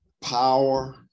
power